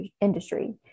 industry